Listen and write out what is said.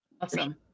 Awesome